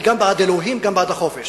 אני גם בעד אלוהים ואני גם בעד החופש.